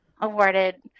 awarded